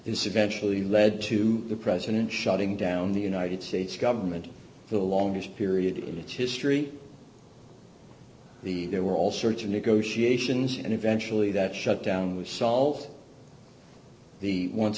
eventually led to the president shutting down the united states government the longest period in its history the there were all sorts of negotiations and eventually that shutdown was solved the once